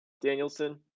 Danielson